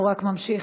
הוא רק ממשיך.